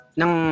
ng